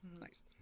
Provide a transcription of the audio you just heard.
Nice